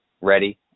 ready